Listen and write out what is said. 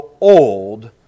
old